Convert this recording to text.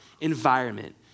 environment